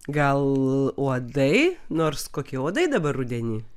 gal uodai nors kokie uodai dabar rudenį